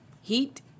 heat